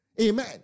Amen